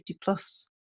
plus